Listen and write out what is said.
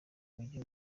umugi